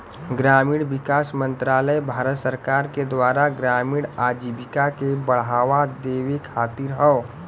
ग्रामीण विकास मंत्रालय भारत सरकार के द्वारा ग्रामीण आजीविका के बढ़ावा देवे खातिर हौ